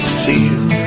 feel